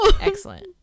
excellent